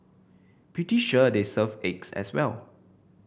pretty sure they serve eggs as well